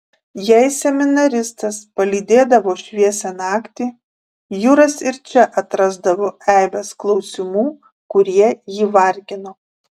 jei seminaristas palydėdavo šviesią naktį juras ir čia atrasdavo eibes klausimų kurie jį vargino